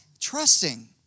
Trusting